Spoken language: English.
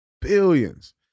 Billions